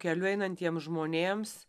keliu einantiem žmonėms